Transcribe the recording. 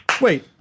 wait